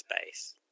space